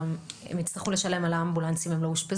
הם גם יצטרכו לשלם על האמבולנס אם הם לא אושפזו,